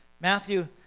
Matthew